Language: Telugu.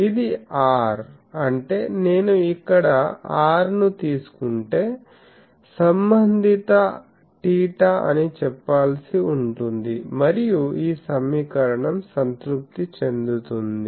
ఇది r అంటే నేను ఇక్కడ r ను తీసుకుంటే సంబంధిత 𝚹 అని నేను చెప్పాల్సి ఉంటుంది మరియు ఈ సమీకరణం సంతృప్తి చెందుతుంది